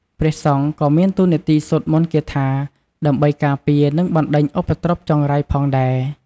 ព្រះសង្ឃក៏មានតួនាទីសូត្រមន្តគាថាដើម្បីការពារ និងបណ្តេញឧបទ្រពចង្រៃផងដែរ។